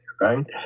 right